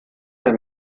der